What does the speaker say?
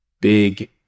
big